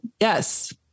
yes